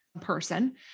person